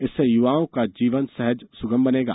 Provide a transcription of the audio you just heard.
इससे युवाओं का जीवन सहज सुगम बनेगा